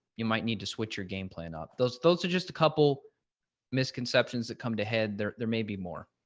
you might need to switch your game plan up those those are just a couple misconceptions that come to head there there may be more